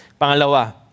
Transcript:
Pangalawa